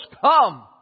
come